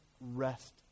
rest